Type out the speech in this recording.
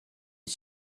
est